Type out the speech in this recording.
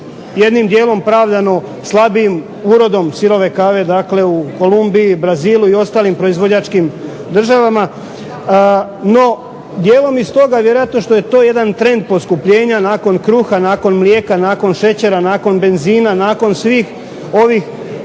jednim dijelom pravdano slabijim urodom sirove kave, dakle u Kolumbiji, Brazilu i ostalim proizvođačkim državama. No, dijelom i stoga vjerojatno što je to jedan trend poskupljenja nakon kruha, nakon mlijeka, nakon šećera, nakon benzina, nakon svih ovih